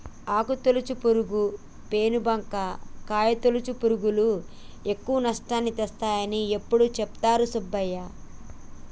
ఆకు తొలుచు పురుగు, పేను బంక, కాయ తొలుచు పురుగులు ఎక్కువ నష్టాన్ని తెస్తాయని ఎప్పుడు చెపుతాడు సుబ్బయ్య